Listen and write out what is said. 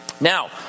Now